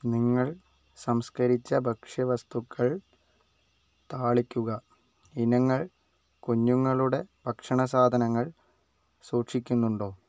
നിങ്ങൾ സംസ്കരിച്ച ഭക്ഷ്യവസ്തുക്കൾ താളിക്കുക ഇനങ്ങൾ കുഞ്ഞുങ്ങളുടെ ഭക്ഷണ സാധനങ്ങൾ സൂക്ഷിക്കുന്നുണ്ടോ